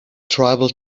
tribal